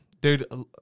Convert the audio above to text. Dude